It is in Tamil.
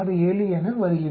67 என வருகின்றன